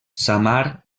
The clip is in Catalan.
samar